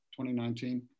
2019